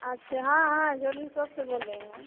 अच्छा हाँ हाँ ज्वेलरी शॉप से बोल रही हूँ